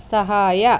ಸಹಾಯ